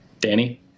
Danny